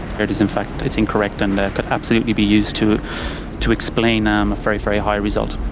it is in fact it's incorrect and could absolutely be used to to explain um a very, very high result.